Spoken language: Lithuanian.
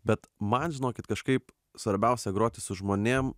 bet man žinokit kažkaip svarbiausia groti su žmonėm